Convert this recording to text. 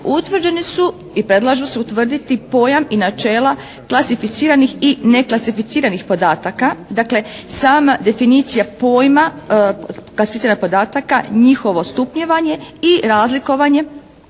utvrđeni su i predlažu se utvrditi pojam i načela klasificiranih i neklasificiranih podataka. Dakle, sama definicija pojma klasificiranih podataka, njihovo stupnjevanje i razlikovanje